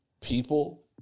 people